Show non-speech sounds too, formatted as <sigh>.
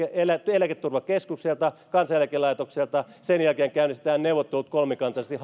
eläketurvakeskukselta ja kansaneläkelaitokselta sen jälkeen käynnistetään neuvottelut kolmikantaisesti <unintelligible>